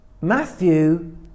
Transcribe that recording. Matthew